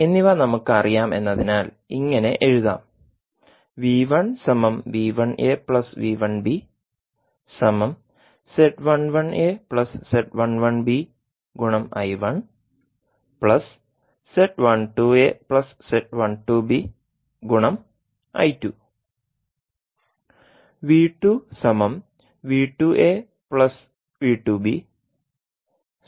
എന്നിവ നമുക്കറിയാമെന്നതിനാൽ ഇങ്ങനെ എഴുതാം